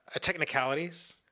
technicalities